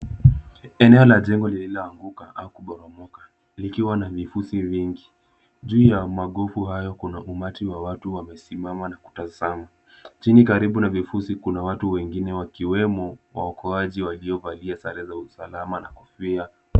Eneo la jengo lililoanguka au kuporomoka likiwa na vifusi vingi. Juu ya magofu hayo kuna mabati ya watu wamesimama na kutazama. Chini karibu na vifusi kuna watu wengine wakiwemo waokoaji waliovalia sare za usalama na kofia.